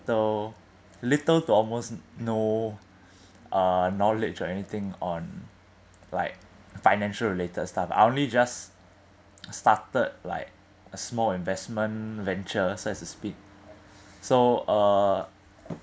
little to almost no uh knowledge or anything on like financial related stuff I only just started like a small investment venture so as to speak uh